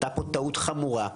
הייתה פה טעות חמורה,